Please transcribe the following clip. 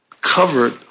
covered